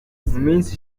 minsi